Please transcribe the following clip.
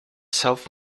self